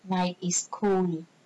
night is cool